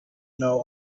know